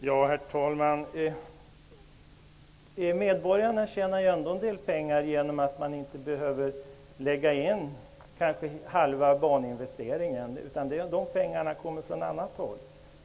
Herr talman! Medborgarna tjänar ändå en del pengar, i och med att man inte behöver lägga in medel för kanske halva baninvesteringen, utan de pengarna kommer från annat håll.